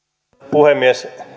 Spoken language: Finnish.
puhemies